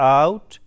out